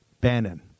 Bannon